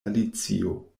alicio